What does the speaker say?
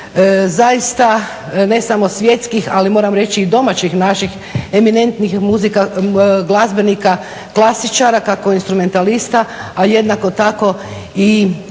zaista ne samo svjetskih ali moram reći i domaćih naših eminentnih glazbenika klasičara, kako instrumentalista, a jednako tako i